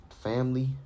family